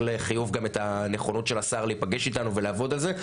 לחיוב גם את הנכונות של השר להיפגש איתנו ולעבוד על זה,